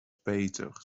peeters